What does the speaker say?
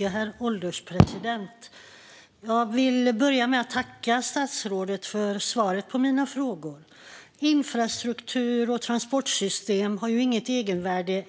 Herr ålderspresident! Jag vill börja med att tacka statsrådet för svaren på mina frågor. Infrastruktur och transportsystem har inget egenvärde